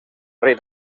rei